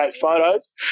photos